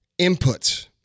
inputs